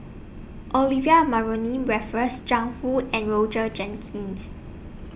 Olivia Mariamne Raffles Jiang Hu and Roger Jenkins